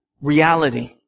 reality